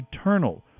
eternal